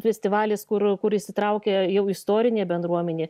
festivalis kur kur įsitraukė jau istorinė bendruomenė